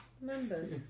Members